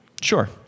sure